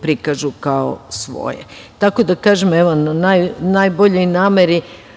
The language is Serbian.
prikažu kao svoje. Tako da, u najboljoj nameri